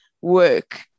work